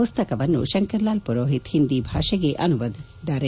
ಪುಸ್ತಕವನ್ನು ಶಂಕರಲಾಲ್ ಪುರೋಹಿತ್ ಹಿಂದಿ ಭಾಷೆಗೆ ಅನುವಾದಿಸಿದ್ದಾರೆ